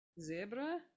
Zebra